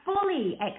fully